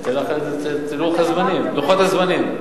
יש לוחות זמנים.